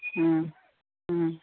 ம் ம்